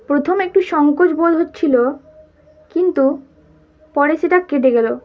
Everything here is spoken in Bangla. প্রথমে একটু সংঙ্কোচ বোধ হচ্ছিল কিন্তু পরে সেটা কেটে গেলো